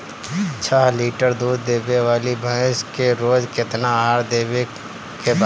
छह लीटर दूध देवे वाली भैंस के रोज केतना आहार देवे के बा?